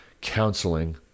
counseling